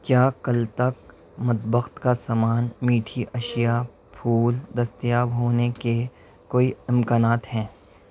کیا کل تک مطبخ کا سامان میٹھی اشیاء پھول دستیاب ہونے کے کوئی امکانات ہیں